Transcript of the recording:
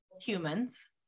humans